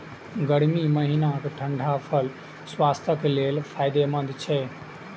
गर्मी महीनाक ठंढा फल स्वास्थ्यक लेल फायदेमंद होइ छै